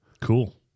cool